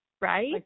right